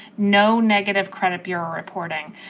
no negative credit bureau reporting.